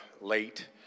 late